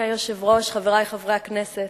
אדוני היושב-ראש, חברי חברי הכנסת,